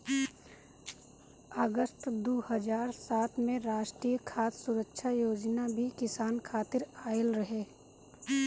अगस्त दू हज़ार सात में राष्ट्रीय खाद्य सुरक्षा योजना भी किसान खातिर आइल रहे